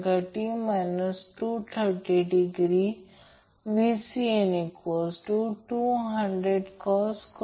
जर फरक नसल्यास तो अनबॅलन्स आहे परंतु आपण या सोर्ससाठी केवळ बॅलन्स गोष्टीचा अभ्यास करू